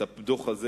את הדוח הזה,